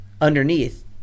underneath